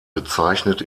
bezeichnet